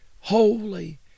holy